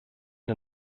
der